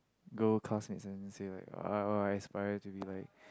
girl classmates and then say like uh oh I aspire to be like